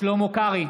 שלמה קרעי,